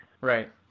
Right